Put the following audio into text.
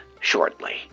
shortly